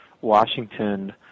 Washington